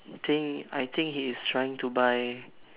I think I think he's trying to buy